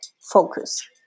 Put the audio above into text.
focus